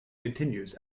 continues